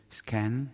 scan